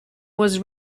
was